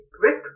risk